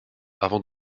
avant